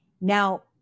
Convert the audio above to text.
Now